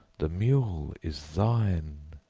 the mule is thine!